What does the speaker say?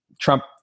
Trump